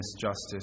justice